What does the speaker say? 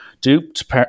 Duped